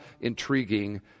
intriguing